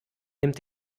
nimmt